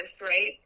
right